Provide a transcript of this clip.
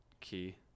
key